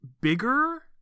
bigger